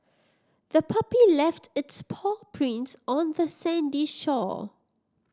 the puppy left its paw prints on the sandy shore